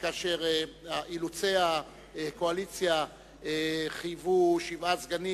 כאשר אילוצי הקואליציה חייבו שבעה סגנים